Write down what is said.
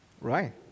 Right